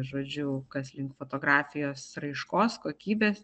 žodžiu kas link fotografijos raiškos kokybės